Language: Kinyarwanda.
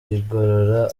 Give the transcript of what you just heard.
igorora